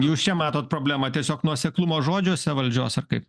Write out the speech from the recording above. jūs čia matot problemą tiesiog nuoseklumo žodžiuose valdžios ar kaip